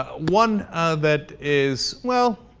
one of that is well